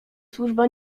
służba